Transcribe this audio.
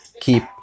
keep